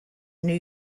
new